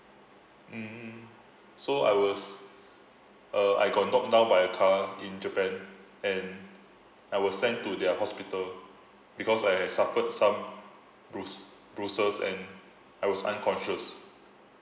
mm so I was uh I got knocked down by a car in japan and I was sent to their hospital because I hasd suffered some bruis~ bruises and I was unconscious